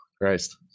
Christ